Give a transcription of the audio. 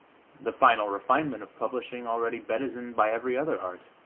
the final refinement of publishing, already bedizened by every other art!